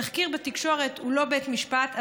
תחקיר בתקשורת הוא לא בית משפט,